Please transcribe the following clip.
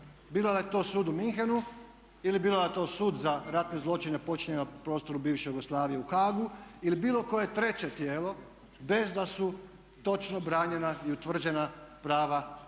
bilo da je to sud u Munchenu ili bilo da je to Sud za ratne zločine počinjene na prostoru bivše Jugoslavije u Haagu ili bilo koje treće tijelo bez da su točno branjena i utvrđena prava svakog